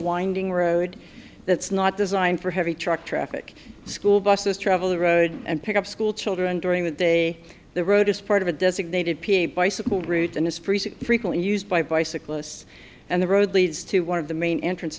winding road that's not designed for heavy truck traffic school buses travel the road and pick up school children during the day the road is part of a designated p a bicycle route in this precinct frequently used by bicyclists and the road leads to one of the main entrance